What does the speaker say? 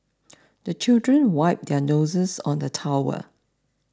the children wipe their noses on the towel